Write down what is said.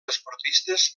esportistes